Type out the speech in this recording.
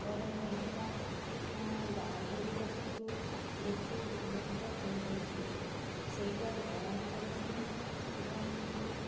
ପରେ ମୁଁ ଏକା ବାଦୁଡ଼ି ପକ୍ଷୀକୁ ଦେଖି ଭୟଭୀତ ହୋଇଯାଇଥିଲି ସେଇଟା କଲା ରଙ୍ଗର ଥିଲା ଏବଂ ଠିକ୍